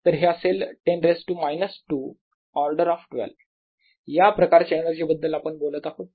तर हे असेल 10 raise to minus 2 order of 12 या प्रकारच्या एनर्जी बद्दल आपण बोलत आहोत